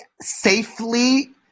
safely